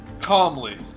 calmly